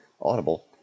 Audible